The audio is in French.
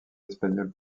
espagnols